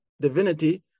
divinity